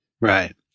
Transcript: right